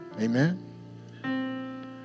Amen